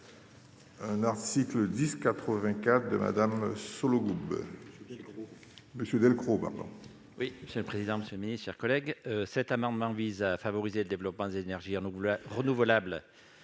Un article 10 84 de Madame Sollogoub Monsieur Delcroix Obama. Oui, monsieur le président, Monsieur le Ministre, chers collègues, cet amendement vise à favoriser le développement des énergies renouvelables,